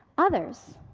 others,